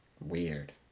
Weird